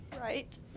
right